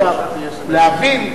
שמעת אותי אומרת את זה?